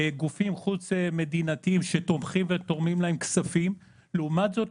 גופים חוץ-מדינתיים שתומכים ותורמים להם כספים לעומת זאת,